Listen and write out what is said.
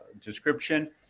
description